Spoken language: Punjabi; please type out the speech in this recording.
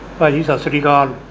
ਭਾਅ ਜੀ ਸਤਿ ਸ਼੍ਰੀ ਅਕਾਲ